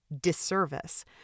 disservice